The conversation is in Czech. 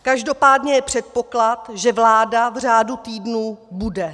Každopádně je předpoklad, že vláda v řádu týdnů bude.